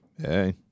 Hey